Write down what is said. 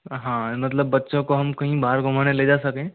हाँ मतलब बच्चों को हम कहीं बाहर घूमने ले जा सके